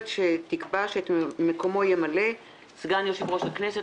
שתקבע שאת מקומו ימלא סגן יושב-ראש הכנסת,